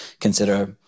consider